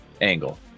angle